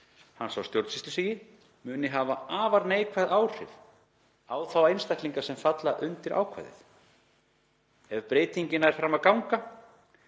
hans á stjómsýslustigi, muni hafa afar neikvæð áhrif á þá einstaklinga sem falla undir ákvæðið. Ef breytingin nær fram að ganga